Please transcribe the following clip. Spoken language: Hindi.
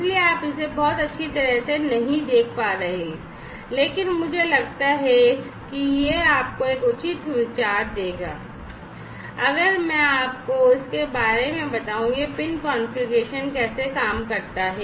इसलिए आप इसे बहुत अच्छी तरह से नहीं देख पा रहे हैं लेकिन मुझे लगता है कि यह आपको एक उचित विचार देगा अगर मैं आपको इसके बारे में बताऊं यह पिन कॉन्फ़िगरेशन कैसे काम करता है